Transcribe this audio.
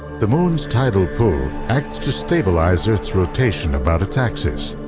the moon's tidal pull acts to stabilize earth's rotation about its axis,